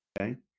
okay